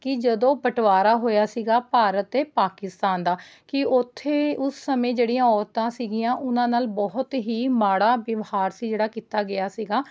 ਕਿ ਜਦੋਂ ਬਟਵਾਰਾ ਹੋਇਆ ਸੀਗਾ ਭਾਰਤ ਅਤੇ ਪਾਕਿਸਤਾਨ ਦਾ ਕਿ ਉੱਥੇ ਉਸ ਸਮੇਂ ਜਿਹੜੀਆਂ ਔਰਤਾਂ ਸੀਗੀਆਂ ਉਹਨਾਂ ਨਾਲ ਬਹੁਤ ਹੀ ਮਾੜਾ ਵਿਵਹਾਰ ਸੀ ਜਿਹੜਾ ਕੀਤਾ ਗਿਆ ਸੀਗਾ